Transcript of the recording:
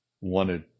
wanted